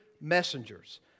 messengers